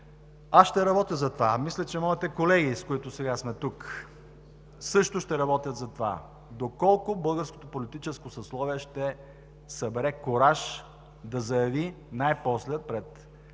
Аз ще работя за това. Мисля, че и моите колеги, с които сега сме тук, също ще работят за това доколко българското политическо съсловие ще събере кураж най-после да